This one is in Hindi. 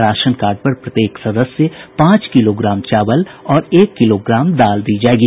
राशन कार्ड पर प्रत्येक सदस्य पांच किलोग्राम चावल और एक किलोग्राम दाल दी जायेगी